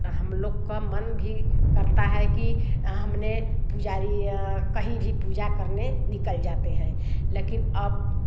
हम लोग का मन भी करता है कि हमने पुजारी कहीं भी पूजा करने निकल जाते हैं लेकिन अब